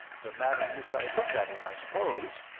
the manner in which i had looked at him, i suppose.